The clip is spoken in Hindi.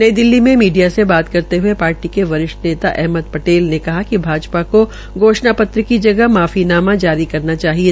नई दिल्ली में मीडिया से बात करते हये पार्टी के वरिष्ठ नेता अहमतद पटेल ने कहा कि भाजपा को घोषणा पत्र की जगह माफी नामा जारी करना चाहिए